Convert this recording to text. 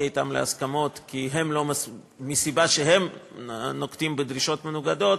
אתם להסכמות מהסיבה שהם נוקטים דרישות מנוגדות,